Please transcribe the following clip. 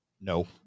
No